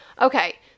Okay